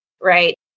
right